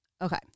Okay